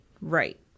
right